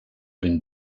been